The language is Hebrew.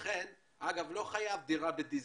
אגב, לא חייבים דירה בדיזנגוף,